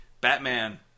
Batman